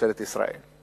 ממשלת ישראל.